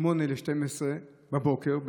8:00 ל-12:00 בבוקר,